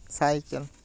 cycle